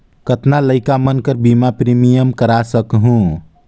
कतना लइका मन कर बीमा प्रीमियम करा सकहुं?